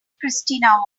christina